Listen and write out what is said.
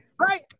Right